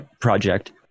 project